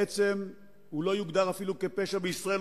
אפילו לא יוגדר פשע בישראל.